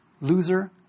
loser